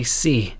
see